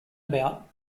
about